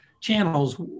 channels